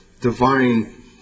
divine